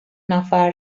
نفر